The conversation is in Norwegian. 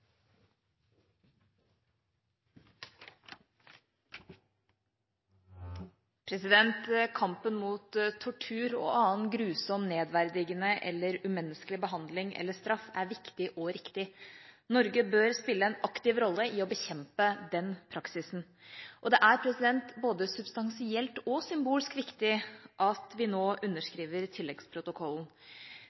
kommer. Kampen mot tortur og annen grusom nedverdigende eller umenneskelig behandling eller straff er viktig og riktig. Norge bør spille en aktiv rolle i å bekjempe den praksisen. Det er både substansielt og symbolsk viktig at vi nå underskriver tilleggsprotokollen.